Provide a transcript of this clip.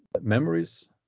memories